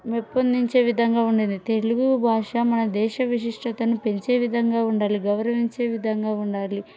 మెప్పొందించే విధంగా ఉండింది తెలుగు భాష మన దేశ విశిష్టతను పెంచే విధంగా ఉండాలి గౌరవించే విధంగా ఉండాలి